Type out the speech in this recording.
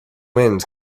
winds